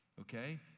Okay